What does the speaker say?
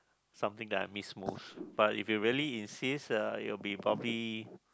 something that I miss most but if you really insist uh it will be probably